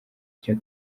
icyo